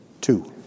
two